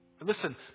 Listen